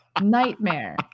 Nightmare